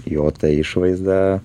jo išvaizda